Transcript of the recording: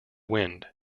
wind